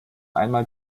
einmal